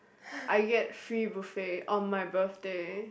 I get free buffet on my birthday